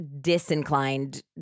disinclined